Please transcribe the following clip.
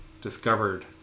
discovered